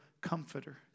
comforter